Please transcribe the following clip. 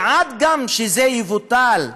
וגם, עד שזה יבוטל,